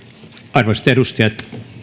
arvoisat edustajat